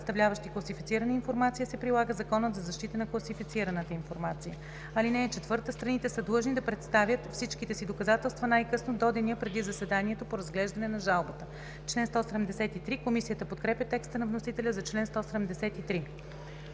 представляващи класифицирана информация, се прилага Законът за защита на класифицираната информация. (4) Страните са длъжни да представят всичките си доказателства най-късно до деня преди заседанието по разглеждане на жалбата.“ Комисията подкрепя текста на вносителя за чл. 173.